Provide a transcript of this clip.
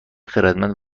خردمند